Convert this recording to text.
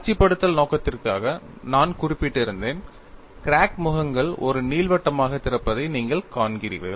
காட்சிப்படுத்தல் நோக்கத்திற்காக நான் குறிப்பிட்டிருந்தேன் கிராக் முகங்கள் ஒரு நீள்வட்டமாக திறப்பதை நீங்கள் காண்கிறீர்கள்